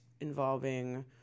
involving